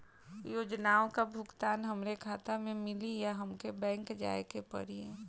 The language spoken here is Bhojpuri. योजनाओ का भुगतान हमरे खाता में मिली या हमके बैंक जाये के पड़ी?